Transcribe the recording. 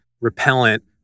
repellent